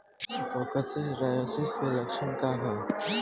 Coccidiosis के लक्षण का ह?